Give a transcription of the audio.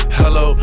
hello